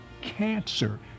cancer